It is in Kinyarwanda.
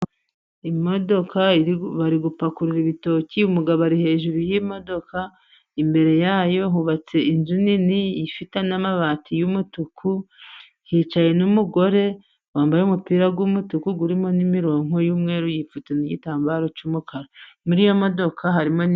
Imodoka bari gupakurura ibitoki, umugabo ari hejuru y'imodoka, imbere yayo hubatse inzu nini, ifite n'amabati y'umutuku, hicaye n'umugore wambaye umupira w'umutuku, urimo n'imirongo y'umweru, yipfutse n'igitambaro cy'umukara ,muri iyo modoka harimo...